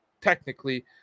technically